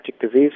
disease